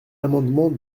amendement